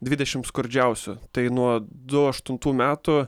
dvidešim skurdžiausių tai nuo du aštuntų metų